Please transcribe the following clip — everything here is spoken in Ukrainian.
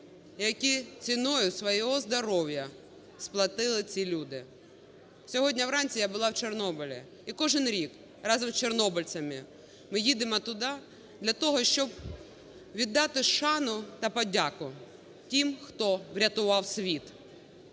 які ціною свого здоров'я сплатили ці люди. Сьогодні вранці я була в Чорнобилі і кожен рік разом з чорнобильцями ми їдемо туди для того, щоб віддати шану та подяку тим, хто врятував світ